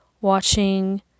watching